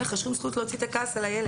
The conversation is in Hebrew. אין לך שום זכות להוציא את הכעס על הילד.